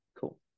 Cool